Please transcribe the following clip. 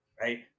right